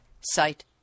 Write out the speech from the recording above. site